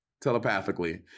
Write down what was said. telepathically